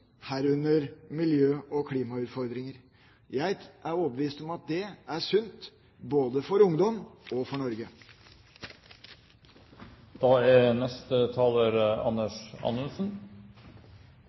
herunder miljø- og klimautfordringer. Jeg er overbevist om at det er sunt både for ungdom og for